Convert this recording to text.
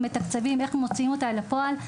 איך מוציאים אותה אל הפועל.